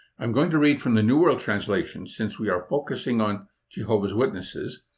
i'm going to read from the new world translation since we are focusing on jehovah's witnesses,